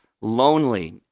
lonely